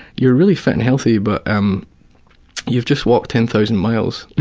you're really fit and healthy, but, um you've just walked ten thousand miles.